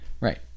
right